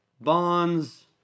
bonds